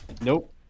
Nope